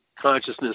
consciousness